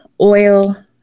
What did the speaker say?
oil